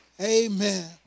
Amen